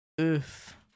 Oof